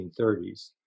1930s